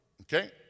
Okay